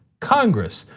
congress,